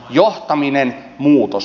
johtaminen muutos